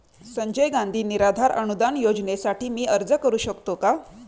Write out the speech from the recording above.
संजय गांधी निराधार अनुदान योजनेसाठी मी अर्ज करू शकतो का?